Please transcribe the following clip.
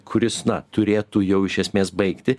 kuris na turėtų jau iš esmės baigti